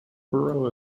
borough